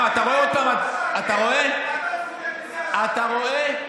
אתה רואה, עוד פעם, אתה רואה?